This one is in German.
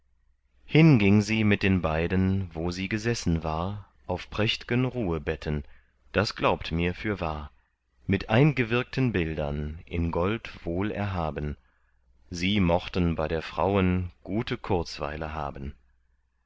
hin ging sie mit den beiden wo sie gesessen war auf prächtgen ruhebetten das glaubt mir fürwahr mit eingewirkten bildern in gold wohl erhaben sie mochten bei der frauen gute kurzweile haben